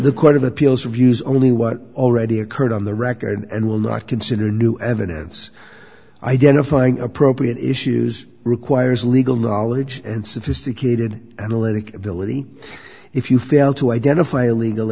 the court of appeals reviews only what already occurred on the record and will not consider new evidence identifying appropriate issues requires legal knowledge and sophisticated analytic ability if you fail to identify a legal